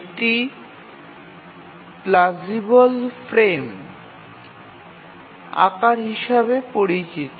এটি plausible frame আকার হিসাবে পরিচিত